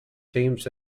teams